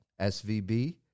SVB